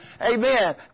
amen